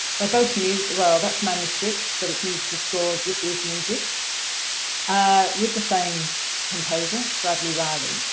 they're both music, well that's manuscripts but it's musical scores, this is music ah with the same composer, bradley riley.